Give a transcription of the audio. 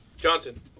Johnson